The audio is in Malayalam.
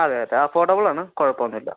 അതെ അതെ അഫോഡബിളാണ് കുഴപ്പമൊന്നുമില്ല